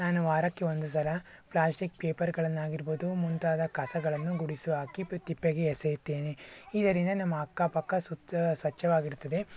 ನಾನು ವಾರಕ್ಕೆ ಒಂದು ಸಲ ಪ್ಲಾಸ್ಟಿಕ್ ಪೇಪರ್ಗಳನ್ನಾಗಿರ್ಬೋದು ಮುಂತಾದ ಕಸಗಳನ್ನೂ ಗುಡಿಸಿ ಹಾಕಿ ಪಿಕ್ ತಿಪ್ಪೆಗೆ ಎಸೆಯುತ್ತೇನೆ ಇದರಿಂದ ನಮ್ಮ ಅಕ್ಕಪಕ್ಕ ಸುತ್ತ ಸ್ವಚ್ಛವಾಗಿರುತ್ತದೆ